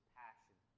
passion